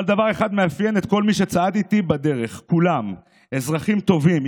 אבל דבר אחד מאפיין את כל מי שצעד איתי בדרך: כולם אזרחים טובים,